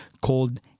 called